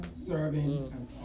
serving